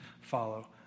follow